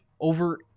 over